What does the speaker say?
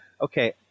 Okay